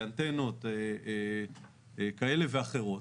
לאנטנות כאלה ואחרות.